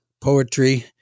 poetry